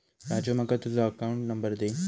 राजू माका तुझ account number दी